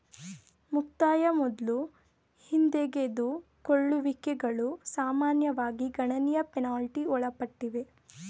ಮುಕ್ತಾಯ ಮೊದ್ಲು ಹಿಂದೆಗೆದುಕೊಳ್ಳುವಿಕೆಗಳು ಸಾಮಾನ್ಯವಾಗಿ ಗಣನೀಯ ಪೆನಾಲ್ಟಿ ಒಳಪಟ್ಟಿವೆ